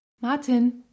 Martin